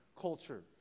culture